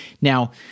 Now